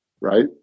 right